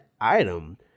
item